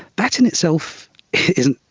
that in itself isn't,